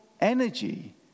energy